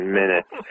minutes